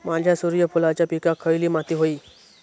माझ्या सूर्यफुलाच्या पिकाक खयली माती व्हयी?